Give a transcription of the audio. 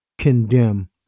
condemn